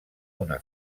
una